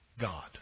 god